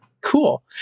Cool